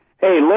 Hey